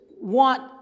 want